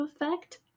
effect